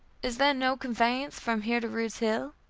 is there no conveyance from here to rude's hill?